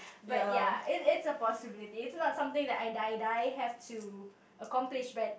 but ya it's it's a possibility it's not something that I die die have to accomplish but